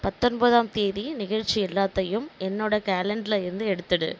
பத்தொன்பதாம் தேதி நிகழ்ச்சி எல்லாத்தையும் என்னோடய கேலண்டர்லிருந்து எடுத்துவிடு